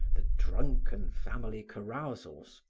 the drunken family carousals,